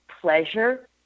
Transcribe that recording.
pleasure